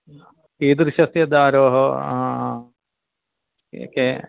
कीदृशस्य दारोः के